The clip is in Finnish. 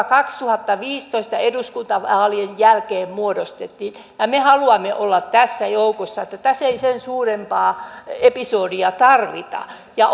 kaksituhattaviisitoista eduskuntavaalien jälkeen muodostettiin me haluamme olla tässä joukossa tässä ei sen suurempaa episodia tarvita ja